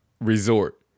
resort